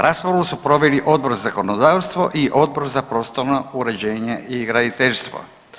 Raspravu su proveli Odbor za zakonodavstvo i Odbor za prostorno uređenje i graditeljstvo.